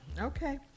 Okay